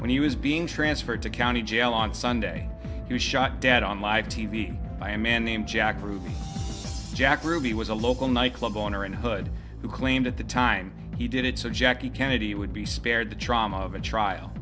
when he was being transferred to county jail on sunday he was shot dead on live t v by a man named jack ruby jack ruby was a local nightclub owner in hood who claimed at the time he did it so jackie kennedy would be spared the trauma of a trial